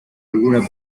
alguna